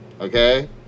okay